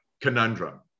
conundrum